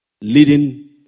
leading